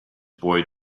boy